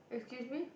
excuse me